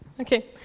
Okay